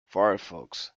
firefox